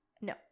no